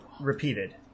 Repeated